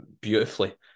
beautifully